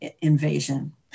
invasion